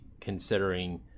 considering